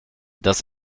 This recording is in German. das